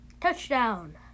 Touchdown